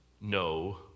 no